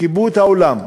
כיבו את האור באולם,